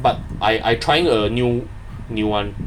but I I trying a new new [one]